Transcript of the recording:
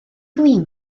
flin